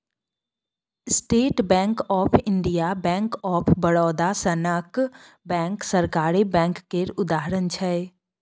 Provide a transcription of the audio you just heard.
state Bank of India, Bank of Baroda सनक bank सरकारी bank केर उदाहरण छै